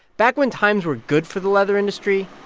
back when times were good for the leather industry,